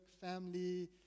family